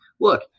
look